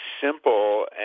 simple